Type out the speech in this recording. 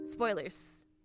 Spoilers